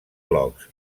blocs